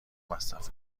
مصرف